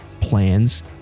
plans